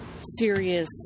serious